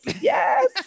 yes